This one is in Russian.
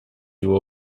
его